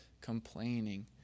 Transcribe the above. complaining